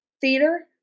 theater